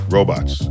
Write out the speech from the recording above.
Robots